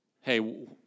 hey